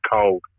cold